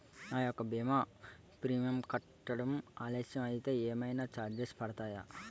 నా యెక్క భీమా ప్రీమియం కట్టడం ఆలస్యం అయితే ఏమైనా చార్జెస్ పడతాయా?